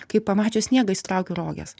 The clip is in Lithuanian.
kai pamačius sniegą išsitraukiu roges